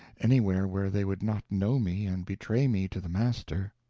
anywhere where they would not know me and betray me to the master.